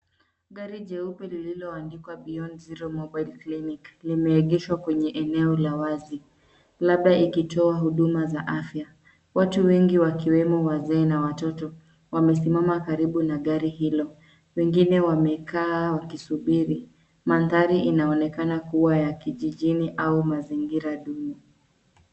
Gari jeupe lililoandikwa beyond zero mobile clinic limeegeshwa kwenye eneo la wazi labda ikitoa huduma za afya. Watu wengi wakiwemo wazee na watoto wamesimama karibu na gari hilo. Wengine wamekaa wakisubiri mandhari inaonekana kuwa ya kijijini au mazingira duni.